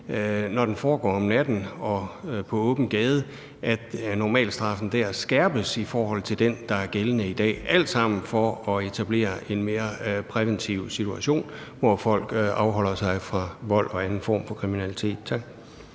når den foregår om natten og på åben gade, skærpes i forhold til den, der er gældende i dag? Det er alt sammen for at etablere en mere præventiv situation, hvor folk afholder sig fra vold og anden form for kriminalitet. Tak.